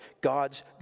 God's